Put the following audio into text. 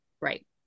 Right